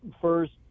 first